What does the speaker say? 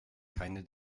keine